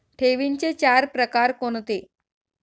ठेवींचे चार प्रकार कोणते?